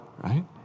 right